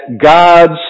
God's